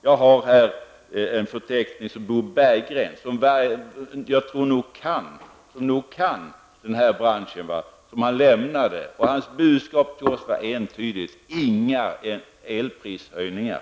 Jag har här en förteckning från Bo Berggren. Jag tror nog att han kan den bransch som han lämnade. Hans budskap till oss är entydigt: Inga elprishöjningar.